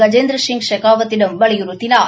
கஜேந்திரசிங் ஷெகாவத்திடம் வலியுறுத்தினார்